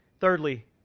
Thirdly